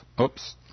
Oops